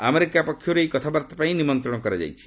America ପକ୍ଷରୁ ଏହି କଥାବାର୍ତ୍ତା ପାଇଁ ନିମନ୍ତ୍ରଣ କରାଯାଇଛି